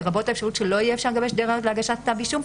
לרבות האפשרות שלא יהיה אפשר לגבש די ראיות להגשת כתב אישום.